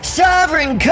sovereign